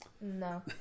No